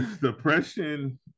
Depression